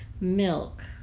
milk